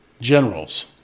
generals